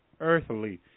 earthly